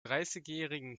dreißigjährigen